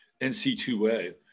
NC2A